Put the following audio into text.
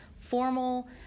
formal